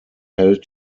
hält